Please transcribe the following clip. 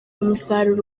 umusaruro